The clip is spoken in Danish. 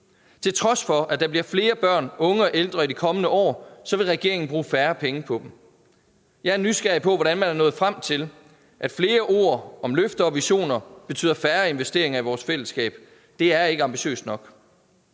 Til trods for at der bliver flere børn, unge og ældre i de kommende år, vil regeringen bruge færre penge på dem. Jeg er nysgerrig efter at finde ud af, hvordan man er nået frem til, at flere ord om løfter og visioner betyder færre investeringer i vores fællesskab. Det er ikke ambitiøst nok.